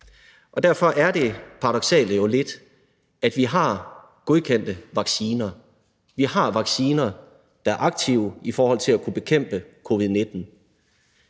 Derfor er det jo lidt paradoksalt. Vi har godkendte vacciner. Vi har vacciner, der er aktive i forhold til at kunne bekæmpe covid-19.